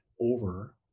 over